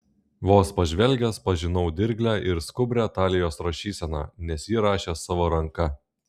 vos pažvelgęs pažinau dirglią ir skubrią talijos rašyseną nes ji rašė savo ranka